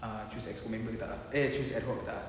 ah choose exco member tak ah eh choose ad hoc tak ah